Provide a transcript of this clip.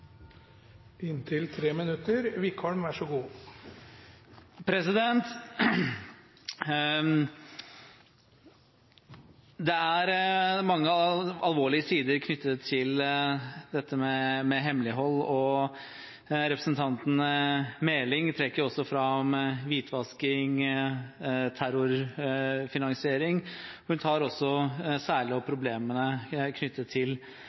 Det er mange alvorlige sider knyttet til hemmelighold. Representanten Meling trekker også fram hvitvasking og terrorfinansiering, og hun tar særlig opp problemene knyttet til